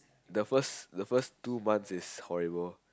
the first the first two months is horrible